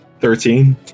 Thirteen